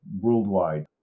worldwide